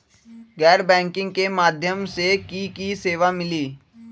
गैर बैंकिंग के माध्यम से की की सेवा मिली?